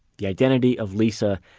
the identity of lisa,